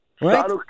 Right